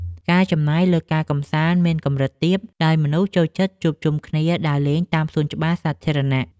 ការចំណាយលើការកម្សាន្តមានកម្រិតទាបដោយមនុស្សចូលចិត្តជួបជុំគ្នាដើរលេងតាមសួនច្បារសាធារណៈ។